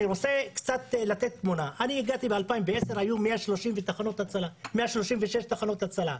אני רוצה לתת תמונה על הדברים: אני הגעתי ב-2010 והיו 136 תחנות הצלה.